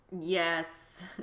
Yes